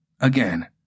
Again